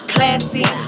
Classy